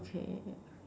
okay